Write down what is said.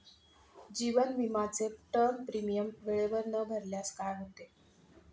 जीवन विमाचे term premium वेळेवर न भरल्यास काय होते?